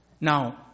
Now